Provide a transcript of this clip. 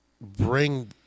bring